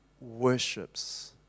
worships